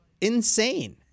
insane